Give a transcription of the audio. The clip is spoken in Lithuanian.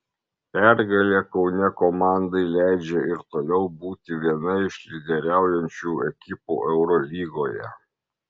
pergalė kaune komandai leidžia ir toliau būti viena iš lyderiaujančių ekipų eurolygoje